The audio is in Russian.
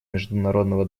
международного